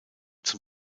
zum